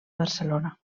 barcelona